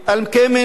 אל-מקימן,